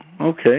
Okay